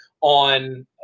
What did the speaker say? on